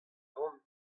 ran